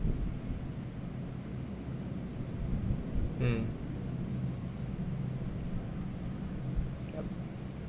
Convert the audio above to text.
mm